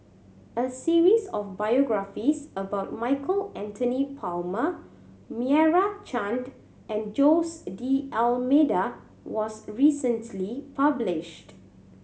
a series of biographies about Michael Anthony Palmer Meira Chand and Jose D'Almeida was recently published